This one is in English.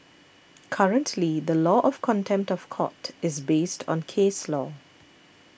currently the law of contempt of court is based on case law